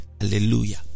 Hallelujah